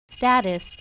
Status